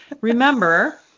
remember